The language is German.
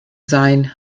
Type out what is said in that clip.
sein